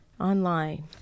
online